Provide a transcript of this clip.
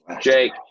Jake